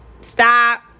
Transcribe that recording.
stop